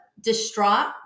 distraught